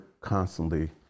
constantly